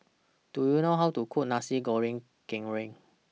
Do YOU know How to Cook Nasi Goreng Kerang